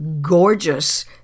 gorgeous